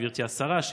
גברתי השרה.